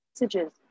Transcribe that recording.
messages